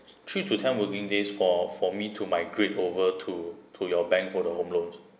three to ten working days for for me to migrate over to to your bank for the home loans